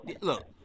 Look